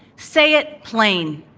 say it plain,